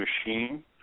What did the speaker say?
machine